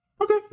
Okay